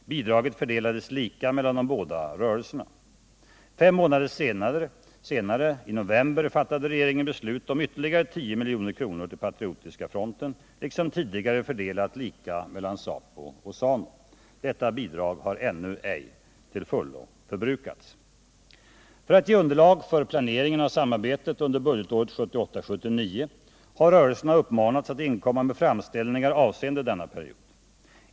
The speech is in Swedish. Bidraget fördelades lika mellan de båda rörelserna. Fem månader senare, i november, fattade regeringen beslut om ytterligare 10 milj.kr. till Patriotiska fronten, liksom tidigare fördelat lika mellan ZAPU och ZANU. Detta bidrag har ännu ej till fullo förbrukats. För att ge underlag för planeringen av samarbetet under budgetåret 1978/ 79 har rörelserna uppmanats att inkomma med framställningar avseende denna period.